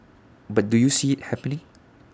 but do you see IT happening